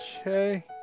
Okay